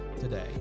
today